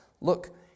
Look